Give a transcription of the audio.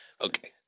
Okay